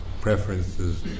preferences